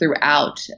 throughout